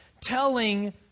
telling